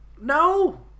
No